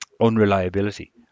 unreliability